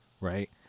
right